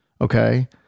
okay